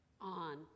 on